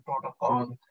protocol